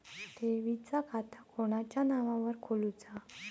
ठेवीचा खाता कोणाच्या नावार खोलूचा?